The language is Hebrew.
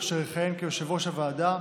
אשר יכהן כיושב-ראש הוועדה,